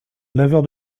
laveur